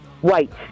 White